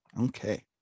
Okay